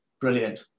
Brilliant